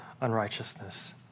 unrighteousness